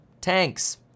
tanks